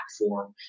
platform